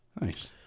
Nice